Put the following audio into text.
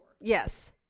Yes